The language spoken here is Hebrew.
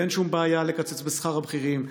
אין שום בעיה לקצץ בשכר הבכירים,